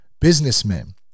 businessmen